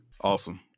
Awesome